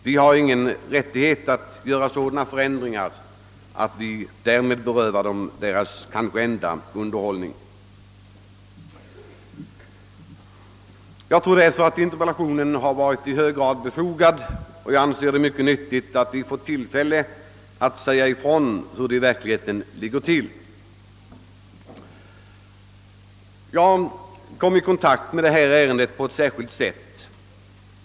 Vi har ingen rättighet att företa ändringar som berövar dem deras kanske enda underhållning. Jag tror därför att interpellationen har varit i hög grad befogad och anser det mycket nyttigt att det ges tilfälle att säga ifrån hur det egentligen ligger till. Jag kom i kontakt med detta ärende på ett särskilt sätt.